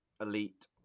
elite